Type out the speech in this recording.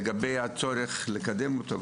לגבי הצורך לקדם אותו,